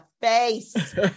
face